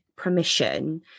permission